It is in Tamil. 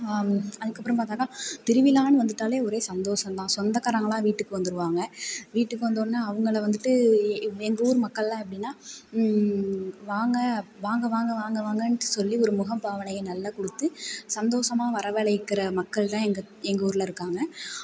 அதுக்கப்புறம் பார்த்தாக்கா திருவிழான்னு வந்துவிட்டாலே ஒரே சந்தோஷம்தான் சொந்தகாரங்களெலாம் வீட்டுக்கு வந்துடுவாங்க வீட்டுக்கு வந்தவுடனே அவங்கள வந்துட்டு எங்கள் ஊர் மக்களெலாம் எப்படினால் வாங்க வாங்க வாங்க வாங்க வாங்கனு சொல்லி ஒரு முகபாவனையை நல்லா கொடுத்து சந்தோஷமா வரவழைக்கிற மக்கள் தான் எங்கள் எங்கள் ஊரில் இருக்காங்க